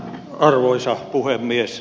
arvoisa puhemies